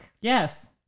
Yes